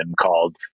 called